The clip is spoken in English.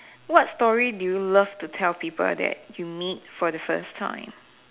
what story do you love to tell people that you meet for the first time